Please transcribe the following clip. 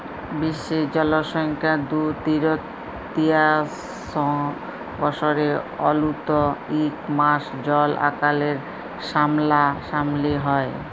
বিশ্বের জলসংখ্যার দু তিরতীয়াংশ বসরে অল্তত ইক মাস জল আকালের সামলাসামলি হ্যয়